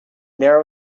narrow